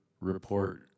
report